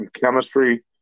chemistry